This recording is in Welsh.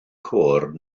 côr